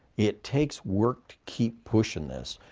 it takes work to keep pushing this.